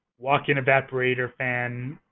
walk-in evaporator fan,